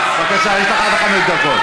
בבקשה, יש לך עד חמש דקות.